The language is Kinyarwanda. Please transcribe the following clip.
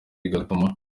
bigatuma